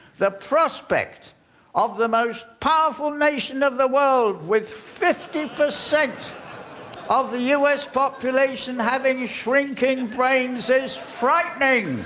the prospect of the most powerful nation of the world with fifty percent of the us population having shrinking brains is frightening!